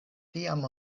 tiam